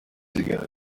ago